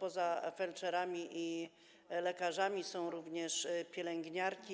poza felczerami i lekarzami są również pielęgniarki.